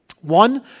One